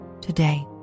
today